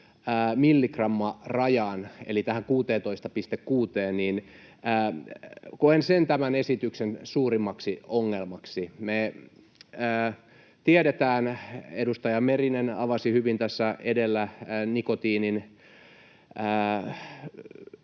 milligrammarajaan, eli tähän 16,6:een, niin koen sen tämän esityksen suurimmaksi ongelmaksi. Edustaja Merinen avasi hyvin tässä edellä nikotiiniriippuvuudesta